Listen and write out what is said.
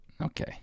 Okay